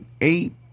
eight